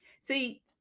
See